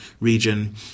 region